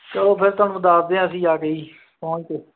ਚਲੋ ਫਿਰ ਤੁਹਾਨੂੰ ਦੱਸਦੇ ਹਾਂ ਅਸੀਂ ਜਾ ਕੇ ਜੀ ਪਹੁੰਚ ਕੇ